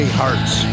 hearts